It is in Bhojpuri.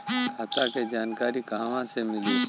खाता के जानकारी कहवा से मिली?